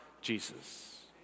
Jesus